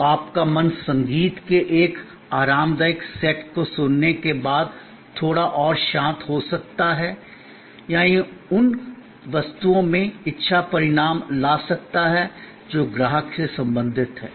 तो आपका मन संगीत के एक आरामदायक सेट को सुनने के बाद थोड़ा और शांत हो सकता है या यह उन वस्तुओं में इच्छा परिणाम ला सकता है जो ग्राहक से संबंधित हैं